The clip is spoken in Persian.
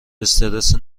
استرس